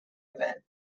event